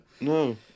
No